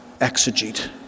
exegete